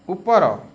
ଉପର